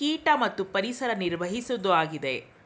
ಕೀಟ ಮತ್ತು ಪರಿಸರ ನಿರ್ವಹಿಸೋದಾಗಿದೆ